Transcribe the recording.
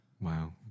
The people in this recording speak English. Wow